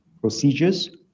procedures